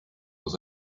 los